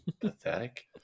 pathetic